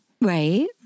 right